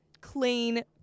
clean